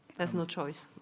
there's no choice